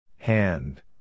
Hand